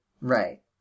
Right